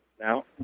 Now